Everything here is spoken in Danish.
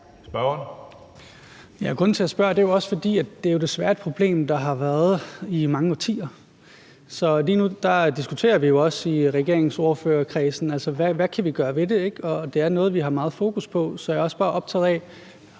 Grunden til, at jeg spørger, er jo, at det er et problem, der har været, desværre, i mange årtier. Lige nu diskuterer vi jo også i regeringsordførerkredsen, hvad vi kunne gøre ved det, ikke? Og det er noget, vi har meget fokus på. Så jeg er også bare